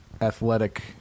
athletic